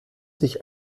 sich